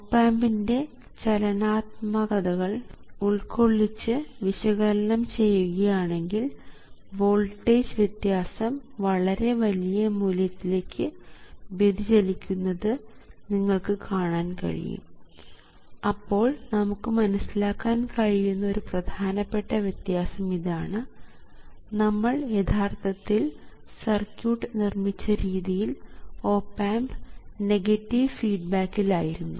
op ആമ്പിൻറെ ചലനാത്മകതകൾ ഉൾക്കൊള്ളിച്ച് വിശകലനം ചെയ്യുകയാണെങ്കിൽ വോൾട്ടേജ് വ്യത്യാസം വളരെ വലിയ മൂല്യത്തിലേക്ക് വ്യതിചലിക്കുന്നത് നിങ്ങൾക്ക് കാണാൻ കഴിയും അപ്പോൾ നമുക്ക് മനസ്സിലാക്കാൻ കഴിയുന്ന ഒരു പ്രധാനപ്പെട്ട വ്യത്യാസം ഇതാണ് നമ്മൾ യഥാർത്ഥത്തിൽ സർക്യൂട്ട് നിർമ്മിച്ച രീതിയിൽ ഓപ് ആമ്പ് നെഗറ്റീവ് ഫീഡ്ബാക്കിൽ ആയിരുന്നു